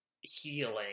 healing